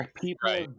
people